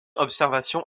observation